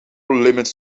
limits